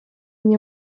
nie